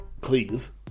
please